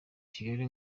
kigali